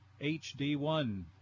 hd1